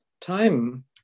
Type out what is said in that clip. time